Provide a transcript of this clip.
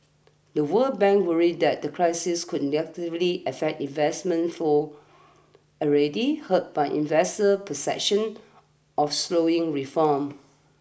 the World Bank worries that the crisis could negatively affect investment flows already hurt by investor perceptions of slowing reforms